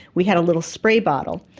we had a little spray bottle,